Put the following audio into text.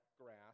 grass